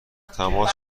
تماس